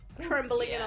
trembling